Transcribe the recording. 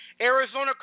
Arizona